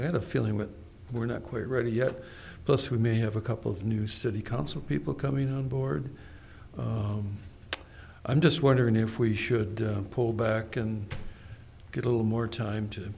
had a feeling that we're not quite ready yet those who may have a couple of new city council people coming on board i'm just wondering if we should pull back and get a little more time to